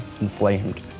inflamed